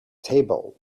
table